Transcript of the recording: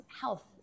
health